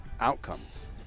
outcomes